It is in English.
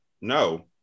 No